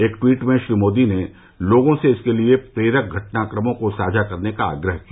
एक ट्वीट में श्री मोदी ने लोगों से इसके लिए प्रेरक घटनाक्रमों को साझा करने का आग्रह किया